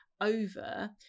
over